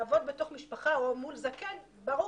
האם לעבוד בתוך משפחה או מול זקן וברור